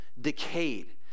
decayed